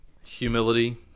humility